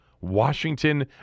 Washington